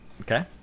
Okay